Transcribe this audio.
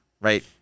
right